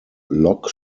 log